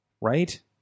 right